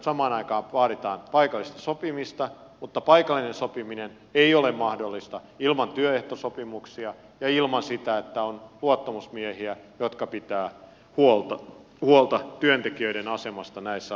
samaan aikaan vaaditaan paikallista sopimista mutta paikallinen sopiminen ei ole mahdollista ilman työehtosopimuksia ja ilman sitä että on luottamusmiehiä jotka pitävät huolta työntekijöiden asemasta näissä asioissa